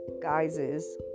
guises